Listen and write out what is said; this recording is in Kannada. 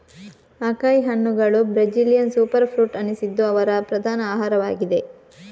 ಅಕೈ ಹಣ್ಣುಗಳು ಬ್ರೆಜಿಲಿಯನ್ ಸೂಪರ್ ಫ್ರೂಟ್ ಅನಿಸಿದ್ದು ಅವರ ಪ್ರಧಾನ ಆಹಾರವಾಗಿದೆ